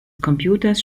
computers